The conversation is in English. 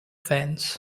fence